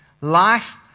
life